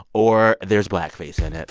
or there's blackface in it